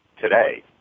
today